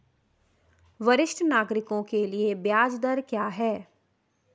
वरिष्ठ नागरिकों के लिए ब्याज दर क्या हैं?